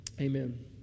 amen